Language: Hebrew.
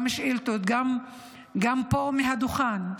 גם בשאילתות וגם פה מהדוכן.